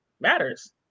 matters